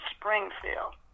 springfield